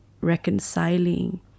reconciling